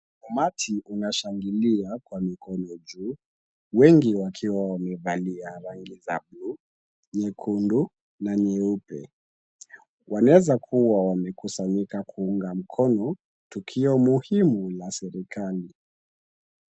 Umati unashangilia kwa mikono juu, wengi wakiwa wamevalia rangi za buluu, nyekundu na nyeupe. Wanaweza kuwa wamekusanyika kuunga mkono, tukio muhimu la serikali.